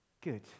good